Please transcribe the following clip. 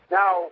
now